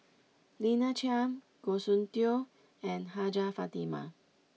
Lina Chiam Goh Soon Tioe and Hajjah Fatimah